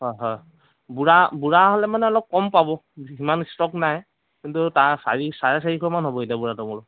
হয় হয় বুঢ়া বুঢ়া হ'লে মানে অলপ কম পাব সিমান ষ্টক নাই কিন্তু তাৰ চাৰি চাৰে চাৰিশমান হ'ব এতিয়া বুঢ়া তামোল